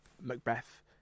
Macbeth